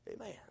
Amen